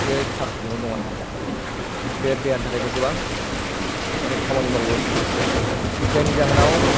बे साख्रिल' नङा बे देहानि थाखायबो गोबां माने खामानि मावो जायनि जाहोनाव